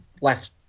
left